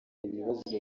ibibazo